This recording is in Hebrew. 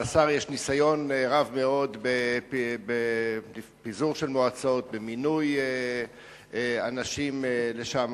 לשר יש ניסיון רב מאוד בפיזור של מועצות ובמינוי אנשים שם.